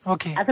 Okay